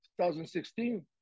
2016